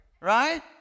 right